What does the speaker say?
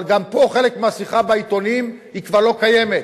אבל גם פה, חלק מהשיחה בעיתונים כבר לא קיים.